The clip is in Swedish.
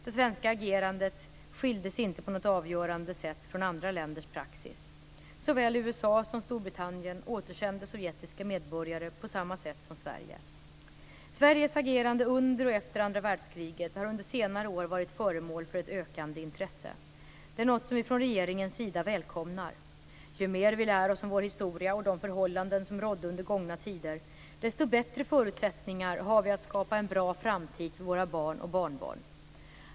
Det svenska agerandet skilde sig inte heller på något avgörande sätt från andra länders praxis. Såväl USA som Storbritannien återsände sovjetiska medborgare på samma sätt som Sverige. Sveriges agerande under och efter andra världskriget har under senare år varit föremål för ett ökande intresse. Detta är något vi från regeringens sida välkomnar. Ju mer vi lär oss om vår historia och de förhållanden som rådde under gångna tider, desto bättre förutsättningar har vi att skapa en bra framtid för våra barn och barnbarn.